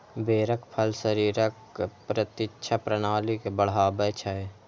बेरक फल शरीरक प्रतिरक्षा प्रणाली के बढ़ाबै छै